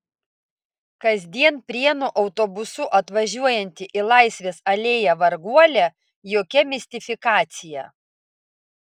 kasdien prienų autobusu atvažiuojanti į laisvės alėją varguolė jokia mistifikacija